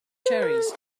cherries